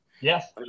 Yes